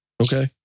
Okay